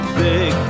big